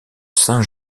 saint